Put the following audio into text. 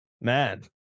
mad